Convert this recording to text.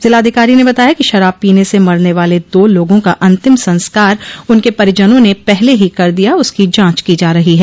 जिलाधिकारी ने बताया कि शराब पीने से मरने वाले दो लोगों का अंतिम संस्कार उनके परिजनों ने पहले ही कर दिया उसकी जांच की जा रही है